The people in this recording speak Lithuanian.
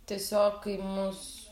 tiesiog kai mus